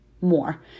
more